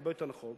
הרבה יותר נכון.